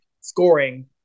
scoring